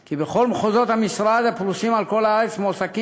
כי בכל מחוזות המשרד הפרוסים בכל הארץ מועסקים